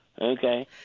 Okay